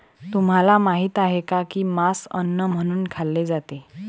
तुम्हाला माहित आहे का की मांस अन्न म्हणून खाल्ले जाते?